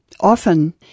often